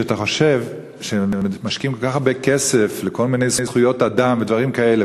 שאתה חושב שמשקיעים כל כך הרבה כסף בכל מיני זכויות אדם ודברים כאלה,